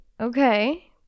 Okay